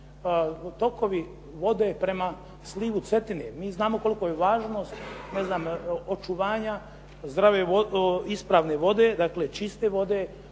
tokovi vode prema slivu Cetine. Mi znamo kolika je važnost očuvanja zdrave, ispravne vode dakle čiste vode,